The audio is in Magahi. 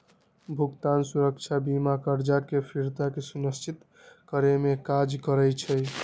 भुगतान सुरक्षा बीमा करजा के फ़िरता के सुनिश्चित करेमे काज करइ छइ